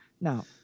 Now